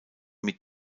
mit